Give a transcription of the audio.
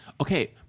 okay